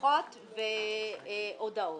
דוחות והודעות.